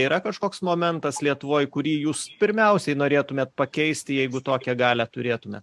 yra kažkoks momentas lietuvoj kurį jūs pirmiausiai norėtumėt pakeisti jeigu tokią galią turėtumėt